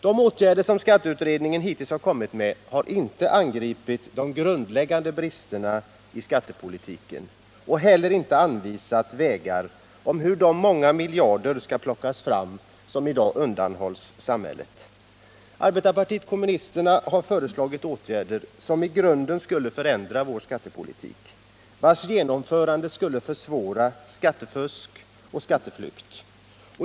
De åtgärder som skatteutredningen hittills har föreslagit har inte angripit de grundläggande bristerna i skattepolitiken och heller inte anvisat vägar för hur man skall kunna plocka fram de många miljarder som i dag undanhålls samhället. Arbetarpartiet kommunisterna har föreslagit åtgärder som i grunden skulle förändra vår skattepolitik och vilkas genomförande skulle försvåra skattefusk och skatteflykt.